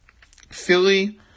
Philly